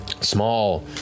small